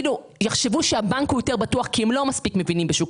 שיחשבו שהבנק יותר בטוח כי הם לא מספיק מבינים בשוק